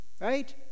right